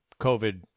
COVID